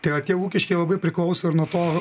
tai va tie lūkesčiai labai priklauso ir nuo to